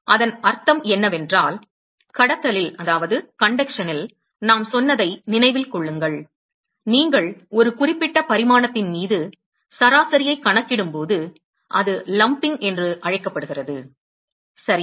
இப்போது அதன் அர்த்தம் என்னவென்றால் கடத்தலில் நாம் சொன்னதை நினைவில் கொள்ளுங்கள் நீங்கள் ஒரு குறிப்பிட்ட பரிமாணத்தின் மீது சராசரியைக் கணக்கிடும்போது அது லம்ப்பிங் என்று அழைக்கப்படுகிறது சரி